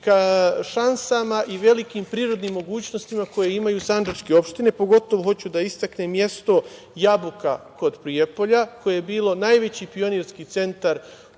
šansama i velikim prirodnim mogućnostima koje imaju sandžačke opštine. Pogotovo hoću da istaknem mesto Jabuka kod Prijepolja koje je bilo najveći pionirski centar